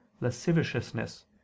lasciviousness